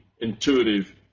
intuitive